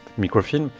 microfilm